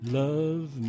love